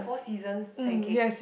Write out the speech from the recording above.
Four-Seasons pancake